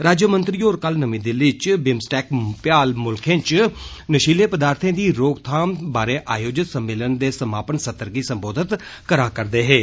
राज्यमंत्री होर कल नमी दिल्ली इच बिमस्टेक भ्याल मुल्खै च नशीले पदार्थें दी रोकथाम बारै आयोजित सम्मेलन दे समापन सत्र गी संबोधित करा करदे हे